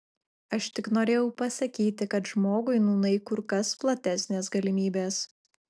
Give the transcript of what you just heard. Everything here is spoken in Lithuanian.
aš tik norėjau pasakyti kad žmogui nūnai kur kas platesnės galimybės